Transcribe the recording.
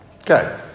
Okay